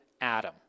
Adam